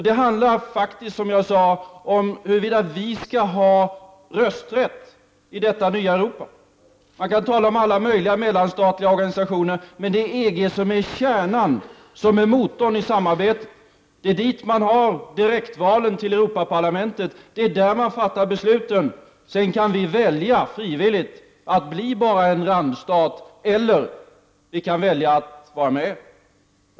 Det handlar om huruvida vi skall ha rösträtt i det nya Europa. Man kan tala om alla möjliga mellanstatliga organisationer, men det är EG som är kärnan och motorn i samarbetet. Det är dit direktvalen i Europaparlamentet sker, och det är där som besluten fattas. Vi kan frivilligt välja att endast bli en randstat eller att vara med.